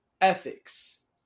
Ethics